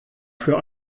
für